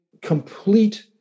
complete